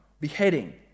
beheading